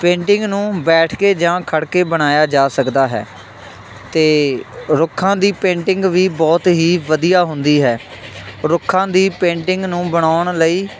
painting ਨੂੰ ਬੈਠ ਕੇ ਜਾਂ ਖੜ੍ਹ ਕੇ ਬਣਾਇਆ ਜਾ ਸਕਦਾ ਹੈ ਅਤੇ ਰੁੱਖਾਂ ਦੀ ਪੇਂਟਿੰਗ ਵੀ ਬਹੁਤ ਹੀ ਵਧੀਆ ਹੁੰਦੀ ਹੈ ਰੁੱਖਾਂ ਦੀ ਪੇਂਟਿੰਗ ਨੂੰ ਬਣਾਉਣ ਲਈ